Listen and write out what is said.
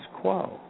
quo